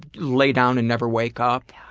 lay down and never wake up.